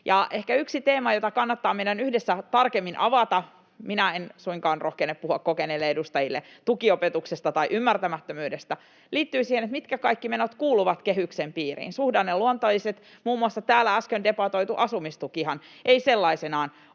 yksi teema, jota kannattaa meidän yhdessä tarkemmin avata — minä en suinkaan rohkene puhua kokeneille edustajille tukiopetuksesta tai ymmärtämättömyydestä — liittyy siihen, mitkä kaikki menot kuuluvat kehyksen piiriin. Suhdanneluonteisethan, muun muassa täällä äsken debatoitu asumistuki, eivät sellaisenaan